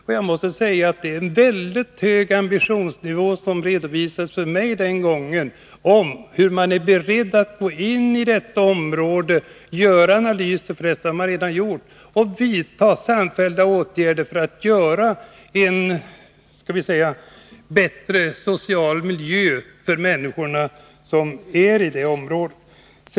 Man redovisade en mycket hög ambitionsnivå för mig den gången, innebärande att man var beredd att gå in i detta område och göra analyser, vilket också gjorts, och vidta samfällda åtgärder för att åstadkomma en bättre social miljö för människorna som befinner sig i området.